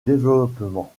développement